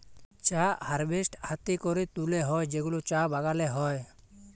চা হারভেস্ট হ্যাতে ক্যরে তুলে হ্যয় যেগুলা চা বাগালে হ্য়য়